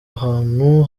ahantu